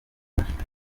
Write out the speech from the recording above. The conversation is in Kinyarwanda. afashwe